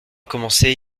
commencé